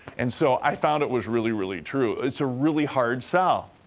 and so, i found it was really, really true. it's a really hard sell.